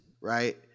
right